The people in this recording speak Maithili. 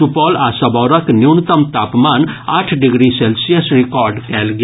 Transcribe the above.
सुपौल आ सबौरक न्यूनतम तापमान आठ डिग्री सेल्सियस रिकॉर्ड कयल गेल